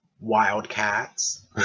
Wildcats